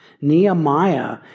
Nehemiah